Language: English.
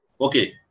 Okay